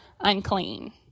unclean